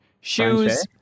shoes